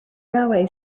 railway